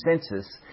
census